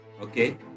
okay